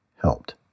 helped